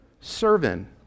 servant